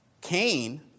Cain